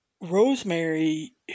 Rosemary